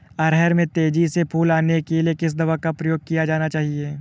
अरहर में तेजी से फूल आने के लिए किस दवा का प्रयोग किया जाना चाहिए?